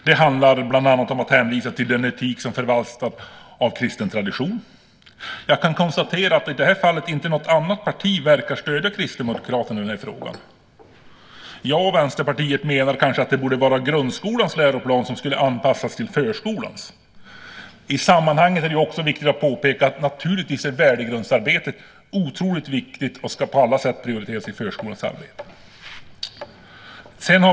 Det handlar bland annat om att hänvisa till den etik som förvaltas av kristen tradition. Jag kan konstatera att i det här fallet verkar inget annat parti stödja Kristdemokraterna. Jag och Vänsterpartiet menar att det kanske borde vara grundskolans läroplan som skulle anpassas till förskolans. I sammanhanget är det viktigt att påpeka att värdegrundsarbetet naturligtvis är otroligt viktigt. Det ska på alla sätt prioriteras i förskolans arbete.